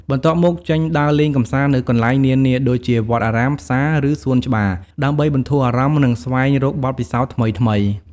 បន្ទាប់មក ចេញដើរលេងកម្សាន្តនៅកន្លែងនានា ដូចជាវត្តអារាម ផ្សារ ឬសួនច្បារ ដើម្បីបន្ធូរអារម្មណ៍ និងស្វែងរកបទពិសោធន៍ថ្មីៗ។